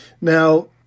Now